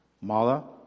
Mala